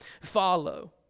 follow